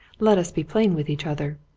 let us be plain with each other.